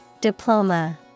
Diploma